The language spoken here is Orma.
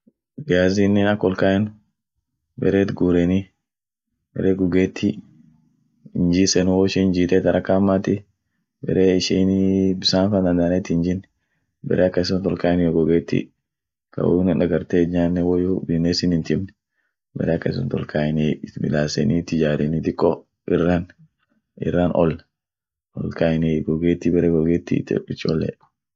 Viazinen ak ol kaen, beret gureni, bere gogeeti, hinjisenu woishin jiitet haraka hammati, bere ishinii bissan fan dandaani itin jin, bare akasin sunt olkaeniey gogeti ta woyune dagarte hin'nyane woyu biness hintimn, bare akasi sunt olkaeniey, itmidaseni it ijareni diko irran-irran ol-olkaeniey gogeti bare gogeti cholle.